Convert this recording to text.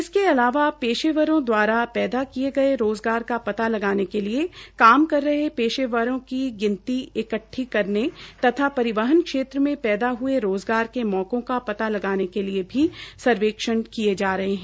इसके अलावा पेशेवरों द्वारा पैदा किये गये रोज़गार का पता लगाने के लिए काम कर रहे पेशेवर की गिनती इकट्ठी करने परिवहन क्षेत्र मैं पैदा हये रोज़गार के मौकों का पता लगाने के लिए भी सर्वेक्षण किये जा हरे है